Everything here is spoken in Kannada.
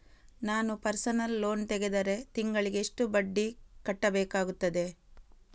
ನಾನು ಪರ್ಸನಲ್ ಲೋನ್ ತೆಗೆದರೆ ತಿಂಗಳಿಗೆ ಎಷ್ಟು ಬಡ್ಡಿ ಕಟ್ಟಬೇಕಾಗುತ್ತದೆ?